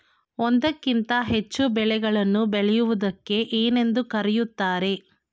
ಒಂದಕ್ಕಿಂತ ಹೆಚ್ಚು ಬೆಳೆಗಳನ್ನು ಬೆಳೆಯುವುದಕ್ಕೆ ಏನೆಂದು ಕರೆಯುತ್ತಾರೆ?